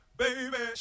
baby